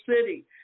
city